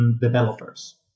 developers